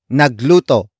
nagluto